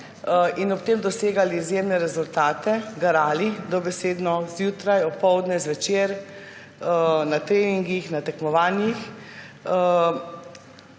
in ob tem dosegali izjemne rezultate, garali, dobesedno, zjutraj, opoldne, zvečer, na treningih, na tekmovanjih,